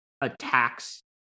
attacks